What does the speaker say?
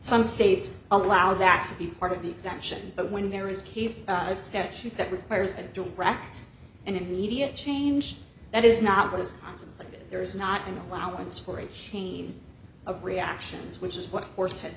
some states allow that to be part of the exemption but when there is a statute that requires a direct and immediate change that is not what is contemplated there is not an allowance for a chain of reactions which is what horsehead